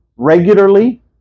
Regularly